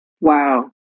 Wow